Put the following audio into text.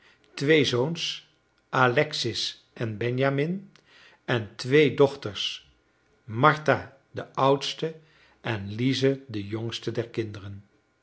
twee zoons alexis en benjamin en twee dochters martha de oudste en lize de jongste der kinderen